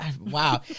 Wow